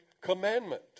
commandment